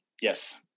Yes